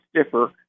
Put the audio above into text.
stiffer